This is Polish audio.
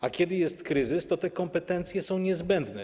A kiedy jest kryzys, to te kompetencje są niezbędne.